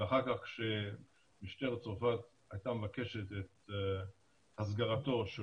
ואחר כך כשמשטרת צרפת הייתה מבקשת את הסגרתו של